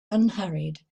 unhurried